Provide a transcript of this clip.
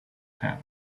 have